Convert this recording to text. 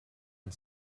and